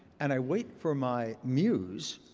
and i wait for my muse,